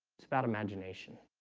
its about imagination.